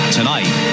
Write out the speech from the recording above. Tonight